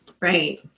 Right